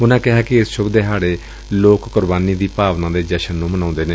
ਉਨਾਂ ਕਿਹਾ ਕਿ ਇਸ ਸੁਭ ਦਿਹਾੜੇ ਲੋਕ ਕੁਰਬਾਨੀ ਦੀ ਭਾਵਨਾ ਦੇ ਜਸ਼ਨ ਮਨਾਉਂਦੇ ਨੇ